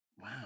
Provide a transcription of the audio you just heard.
wow